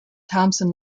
thompson